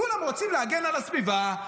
כולם רוצים להגן על הסביבה,